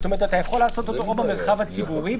כלומר אתה יכול לעשות במרחב הציבורי,